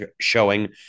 showing